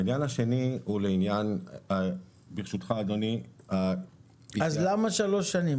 העניין השני הוא לעניין -- אז למה שלוש שנים,